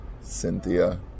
Cynthia